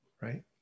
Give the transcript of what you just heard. right